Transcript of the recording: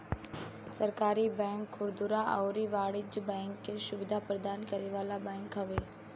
सहकारी बैंक खुदरा अउरी वाणिज्यिक बैंकिंग के सुविधा प्रदान करे वाला बैंक हवे